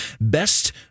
best-